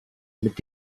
mit